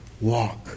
walk